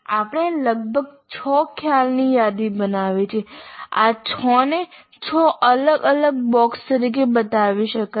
આપણે લગભગ 6 ખ્યાલોની યાદી બનાવી છે આ 6 ને 6 અલગ અલગ બોક્સ તરીકે બતાવી શકાય છે